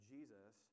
Jesus